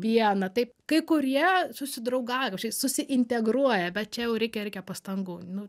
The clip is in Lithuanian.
pieną taip kai kurie susidraugavę susiintegruoja bet čia jau reikia reikia pastangų nu